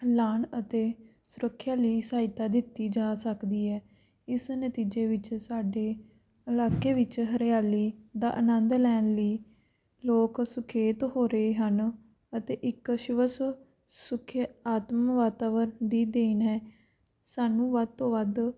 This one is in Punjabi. ਲਾਣ ਅਤੇ ਸੁਰੱਖਿਆ ਲਈ ਸਹਾਇਤਾ ਦਿੱਤੀ ਜਾ ਸਕਦੀ ਹੈ ਇਸ ਨਤੀਜੇ ਵਿੱਚ ਸਾਡੇ ਇਲਾਕੇ ਵਿੱਚ ਹਰਿਆਲੀ ਦਾ ਆਨੰਦ ਲੈਣ ਲਈ ਲੋਕ ਸੁਖੇਤ ਹੋ ਰਹੇ ਹਨ ਅਤੇ ਇੱਕ ਸ਼ਿਵੱਸ ਸੁਖ ਆਤਮ ਵਾਤਾਵਰਨ ਦੀ ਦੇਨ ਹੈ ਸਾਨੂੰ ਵੱਧ ਤੋਂ ਵੱਧ